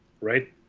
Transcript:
right